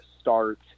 start